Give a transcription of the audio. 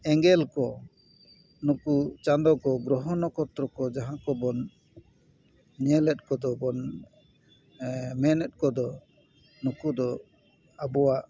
ᱮᱸᱜᱮᱞ ᱠᱚ ᱱᱩᱠᱩ ᱪᱟᱸᱫᱚ ᱠᱚ ᱜᱨᱚᱦᱚ ᱱᱚᱠᱷᱛᱨᱚ ᱠᱚ ᱡᱟᱦᱟᱸ ᱠᱚ ᱵᱚᱱ ᱧᱮᱞᱮᱫ ᱠᱚᱫᱚ ᱵᱚᱱ ᱢᱮᱱᱮᱫ ᱠᱚᱫᱚ ᱱᱩᱠᱩ ᱫᱚ ᱟᱵᱚᱣᱟᱜ